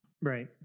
Right